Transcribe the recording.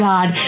God